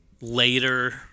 later